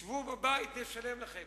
שבו בבית ונשלם לכם,